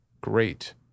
great